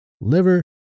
liver